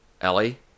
ellie